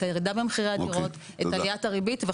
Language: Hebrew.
את הירידה במחירי הדירות,